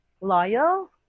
loyal